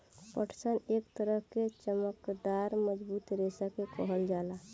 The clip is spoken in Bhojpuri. पटसन एक तरह के चमकदार मजबूत रेशा के कहल जाला